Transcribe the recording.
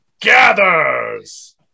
gathers